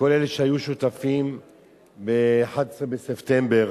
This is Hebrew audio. כל אלה שהיו שותפים ב-11 בספטמבר